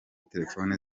telefone